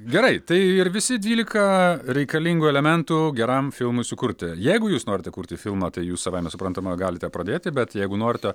gerai tai ir visi dvylika reikalingų elementų geram filmui sukurti jeigu jūs norite kurti filmą tai jūs savaime suprantama galite pradėti bet jeigu norite